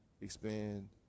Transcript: expand